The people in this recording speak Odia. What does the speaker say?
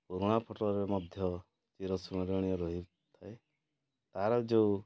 ପୁରୁଣା ଫୋଟୋରେ ମଧ୍ୟ ଚିର ସ୍ମରଣୀୟ ରହିଥାଏ ତା'ର ଯୋଉ